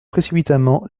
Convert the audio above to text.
précipitamment